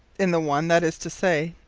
in the one, that is to say,